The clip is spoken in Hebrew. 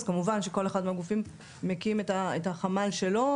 אז כמובן שכל אחד מהגופים מקים את החמ"ל שלו,